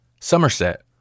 Somerset